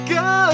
go